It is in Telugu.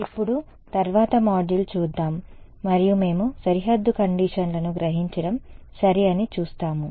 ఇప్పుడు తర్వాత మాడ్యూల్ చూద్దాం మరియు మేము సరిహద్దు కండీషన్లను గ్రహించడం సరి అని చూస్తాము